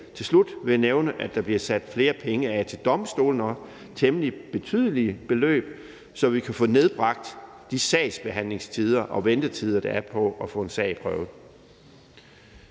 Endelig vil jeg nævne, at der bliver sat flere penge af til domstolene – og det er temmelig betydelige beløb – så vi kan få nedbragt de sagsbehandlingstider og ventetider, der er på at få en sag prøvet.